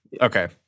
Okay